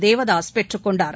தேவதாஸ் பெற்றுக் கொண்டார்